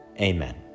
Amen